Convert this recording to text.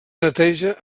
neteja